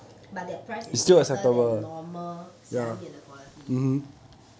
but that price is better than normal 虾面的 quality